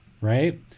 right